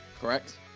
Correct